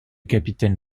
capitaine